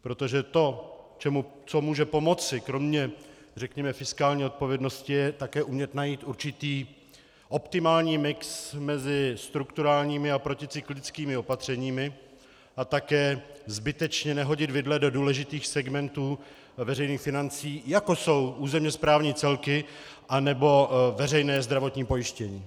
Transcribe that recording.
Protože to, co může pomoci kromě, řekněme, fiskální odpovědnosti, je také umět najít určitý optimální mix mezi strukturálními a proticyklickými opatřeními a také zbytečně nehodit vidle do důležitých segmentů veřejných financí, jako jsou územně správní celky nebo veřejné zdravotní pojištění.